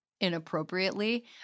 inappropriately